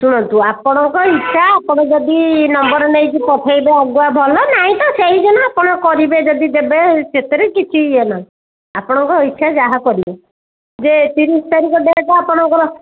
ଶୁଣନ୍ତୁ ଆପଣଙ୍କ ଇଚ୍ଛା ଆପଣ ଯଦି ନମ୍ବର୍ ନେଇକି ପଠାଇବେ ଆଗୁଆ ଭଲ ନାଇଁ ତ ସେହିଦିନ ଆପଣ କରିବେ ଯଦି ଦେବେ ସେଥିରେ କିଛି ଇଏ ନାହିଁ ଆପଣଙ୍କ ଇଚ୍ଛା ଯାହା କରିବେ ଯେ ତିରିଶ ତାରିଖ ଡେଟ୍ ଆପଣଙ୍କର